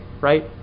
right